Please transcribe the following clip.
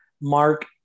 Mark